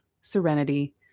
serenity